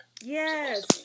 Yes